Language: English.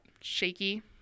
shaky